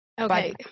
Okay